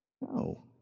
No